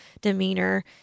demeanor